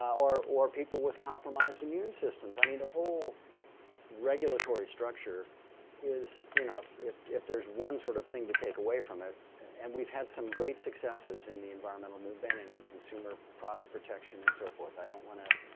or or people with compromised immune systems. i mean the whole regulatory structure is, you know, if if there's one sort of thing to take away from it and we've had some great successes in the environmental movement and in consumer product protection and so forth, i don't want to,